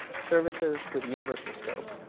services with the universal scope.